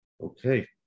Okay